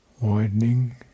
widening